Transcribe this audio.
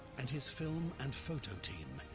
and his film and photo team,